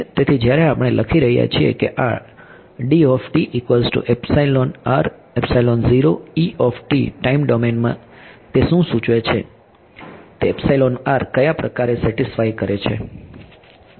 તેથી જ્યારે આપણે લખી રહ્યા છીએ કે આ ટાઈમ ડોમેનમાં તે શું સૂચવે છે તે કયા પ્રકારે સેટીસ્ફાય કરે છે